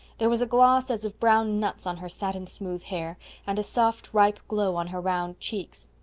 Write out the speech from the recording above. there was a gloss as of brown nuts on her satin-smooth hair and a soft, ripe glow on her round cheeks.